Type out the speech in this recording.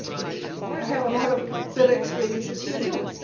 i have a lot of bitter experiences here, too.